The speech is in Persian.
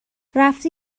رفتی